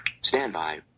Standby